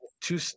two